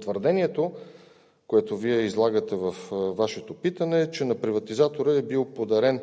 твърдението, което излагате във Вашето питане, че на приватизатора са били подарени